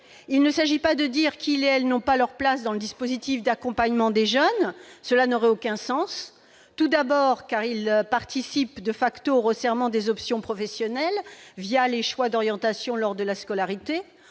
Il ne s'agit pas de dire qu'ils ou elles n'ont pas leur place dans le dispositif d'accompagnement des jeunes, ce qui n'aurait aucun sens. Tout d'abord, ils participent au resserrement des options professionnelles les choix d'orientation lors de la scolarité.